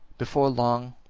before long,